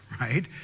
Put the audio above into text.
right